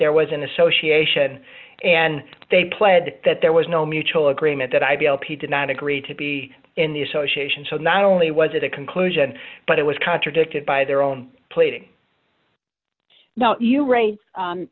there was an association and they pled that there was no mutual agreement that i b l p did not agree to be in the association so not only was it a conclusion but it was contradicted by their own pleading now you write